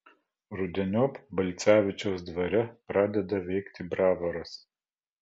rudeniop balcevičiaus dvare pradeda veikti bravoras